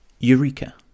Eureka